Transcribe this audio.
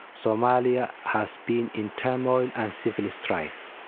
somalia has been in turmoil and civil strife.